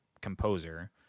composer